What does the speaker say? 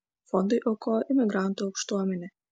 fondui aukojo imigrantų aukštuomenė